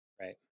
Right